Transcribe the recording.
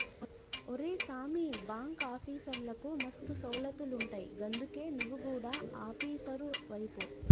ఒరే సామీ, బాంకాఫీసర్లకు మస్తు సౌలతులుంటయ్ గందుకే నువు గుడ ఆపీసరువైపో